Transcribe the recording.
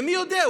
ומי יודע,